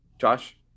Josh